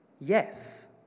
yes